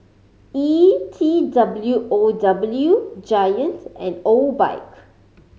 E T W O W Giant and Obike